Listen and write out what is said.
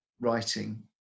writing